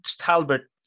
talbert